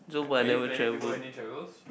are you planning to go any travels